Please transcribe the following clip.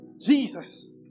Jesus